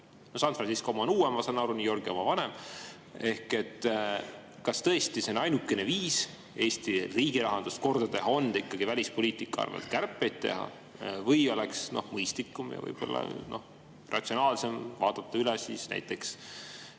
San Francisco oma on uuem, ma saan aru, New Yorgi oma vanem. Kas tõesti see ainukene viis Eesti riigirahandust korda teha on ikkagi välispoliitika arvelt kärpeid teha või oleks mõistlikum ja ratsionaalsem vaadata üle